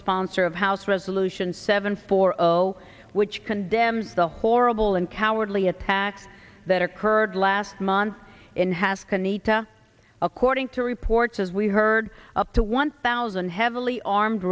sponsor of house resolution seven morrow which condemns the horrible and cowardly attacks that occurred last month in has kony to according to reports as we heard up to one thousand heavily armed